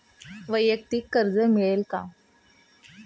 वैयक्तिक कर्ज मिळेल का?